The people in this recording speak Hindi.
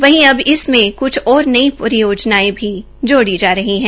वहीं इसमें कृछ और नई परियोजनाओं भी जोड़ी जा रही है